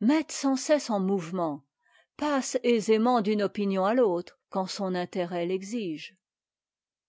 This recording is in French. mettent sans cesse en mouvement passe aisément d'une opinion à t'autre quand son intérêt t'exige